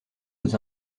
aux